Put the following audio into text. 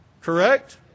Correct